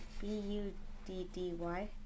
B-U-D-D-Y